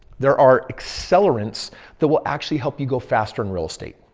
there are accelerants that will actually help you go faster in real estate.